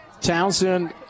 Townsend